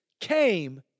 came